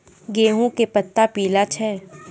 गेहूँ के पत्ता पीला छै?